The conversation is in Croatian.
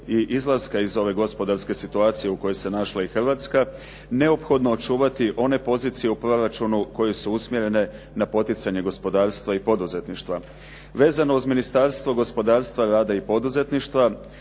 i izlaska iz ove gospodarske situacije u kojoj se našla i Hrvatska neophodno očuvati one pozicije u proračunu koje su usmjerene na poticanje gospodarstva i poduzetništva. Vezano uz Ministarstvo gospodarstva, rada i poduzetništva